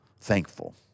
thankful